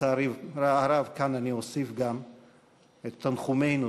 לצערי הרב אני אוסיף כאן גם את תנחומינו,